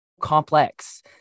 complex